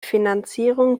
finanzierung